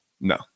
No